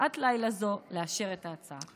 בשעת לילה זו לאשר את ההצעה.